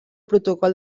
protocol